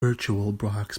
virtualbox